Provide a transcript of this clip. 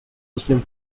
muslim